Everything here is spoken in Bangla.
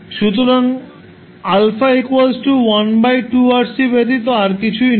সুতরাং α 1 2RC ব্যতীত আর কিছুই নয়